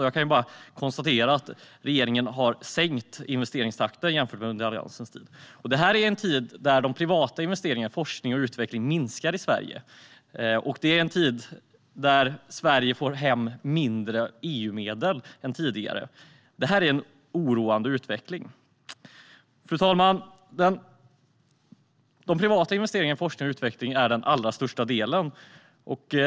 Jag kan bara konstatera att regeringen har sänkt investeringstakten jämfört med Alliansens tid. Det här är en tid då de privata investeringarna i forskning och utveckling minskar i Sverige. Det är en tid då Sverige får hem mindre EU-medel än tidigare. Detta är en oroande utveckling. Fru talman! De privata investeringarna i forskning och utveckling är den allra största delen.